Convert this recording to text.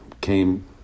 came